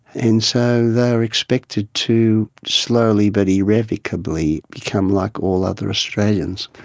and so they were expected to slowly but irrevocably become like all other australians.